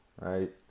right